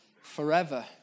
forever